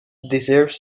deserves